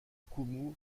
koumou